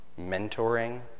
mentoring